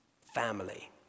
family